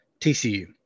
TCU